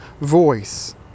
voice